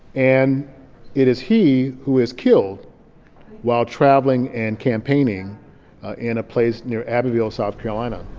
and it is he who is killed while traveling and campaigning in a place near abbeville, south carolina.